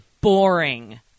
boring